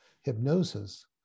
hypnosis